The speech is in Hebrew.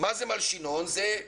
מה זה המלשינון הזה?